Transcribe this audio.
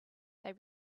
they